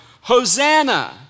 Hosanna